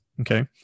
okay